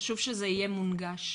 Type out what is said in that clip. חשוב שזה יהיה מונגש.